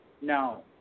No